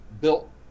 built